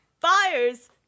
fires